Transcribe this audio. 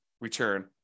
return